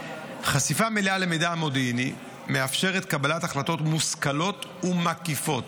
חשיפה מלאה של מידע מודיעיני מאפשרת קבלת החלטות מושכלות ומקיפות.